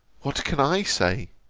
what can i say?